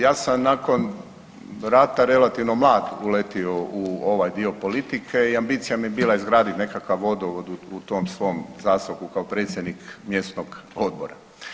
Ja sam nakon rata relativno mlad uletio u ovaj dio politike i ambicija mi je bila izgraditi nekakav vodovod u tom svom zaseoku kao predsjednik mjesnog odbora.